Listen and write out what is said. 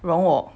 让我